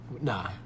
Nah